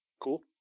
cool